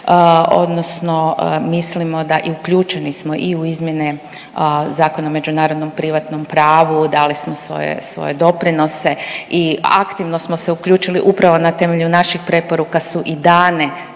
odnosno mislimo da i uključeni smo i u izmjene Zakona o međunarodnom privatnom pravu, dali smo svoje doprinose i aktivno smo se uključili upravo na temelju naših preporuka su i dane